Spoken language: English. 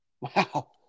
Wow